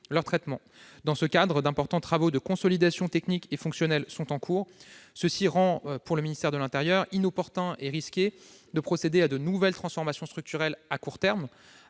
leur traitement. Dans ce cadre, d'importants travaux de consolidation technique et fonctionnelle sont en cours. Cela rend inopportun et risqué de procéder à de nouvelles transformations structurelles à court terme,